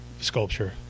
Sculpture